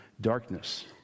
darkness